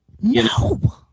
No